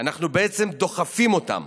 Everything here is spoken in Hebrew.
אנחנו בעצם דוחפים אותם